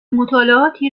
مطالعاتی